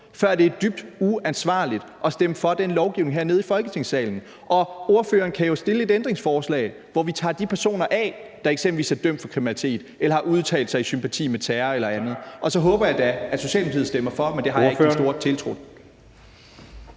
før det er dybt uansvarligt at stemme for den lovgivning hernede i Folketingssalen. Ordføreren kan jo stille et ændringsforslag, hvor vi tager de personer af, der eksempelvis er dømt for kriminalitet eller har udtalt sig i sympati med terror eller andet, og så håber jeg da, at Socialdemokratiet stemmer for, men det har jeg ikke den store tiltro